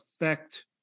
affect